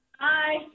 Hi